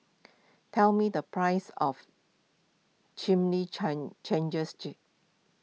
tell me the price of